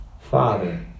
Father